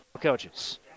coaches